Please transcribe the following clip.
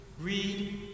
read